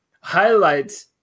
highlights